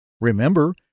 remember